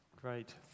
Great